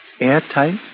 Airtight